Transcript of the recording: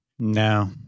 No